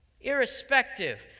irrespective